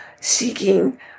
seeking